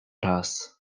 raz